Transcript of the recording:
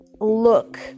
look